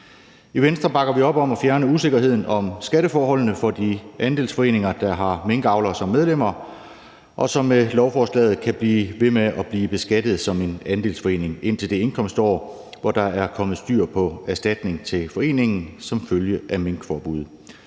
I Venstre bakker vi op om at fjerne usikkerheden om skatteforholdene for de andelsforeninger, der har minkavlere som medlemmer, og som med lovforslaget kan blive ved med at blive beskattet som en andelsforening indtil det indkomstår, hvor der er kommet styr på erstatningen til foreningen som følge af minkforbuddet.